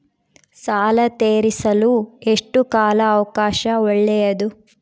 ಸಾಲ ತೇರಿಸಲು ಎಷ್ಟು ಕಾಲ ಅವಕಾಶ ಒಳ್ಳೆಯದು?